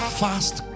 fast